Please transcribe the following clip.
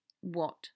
What